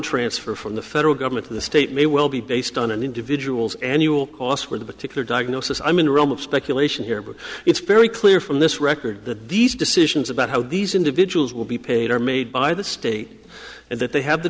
transfer from the federal government to the state may well be based on an individual's annual cost for the particular diagnosis i mean the realm of speculation here but it's very clear from this record that these decisions about how these individuals will be paid are made by the state and that they have the